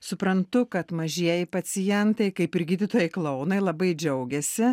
suprantu kad mažieji pacientai kaip ir gydytojai klounai labai džiaugiasi